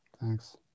Thanks